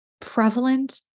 prevalent